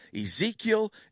Ezekiel